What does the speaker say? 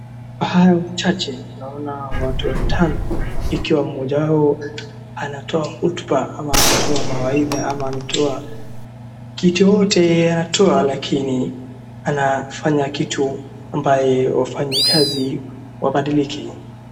Hayo chache naona watu watano ikiwa moja wao anatoa hotuba ama anatoa mawaidha ama anatoa kitu yoyote anatoa lakini anafanya kitu ambayo wafanyikazi wabandilike.